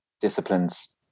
disciplines